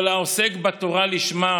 כל העוסק בתורה לשמה,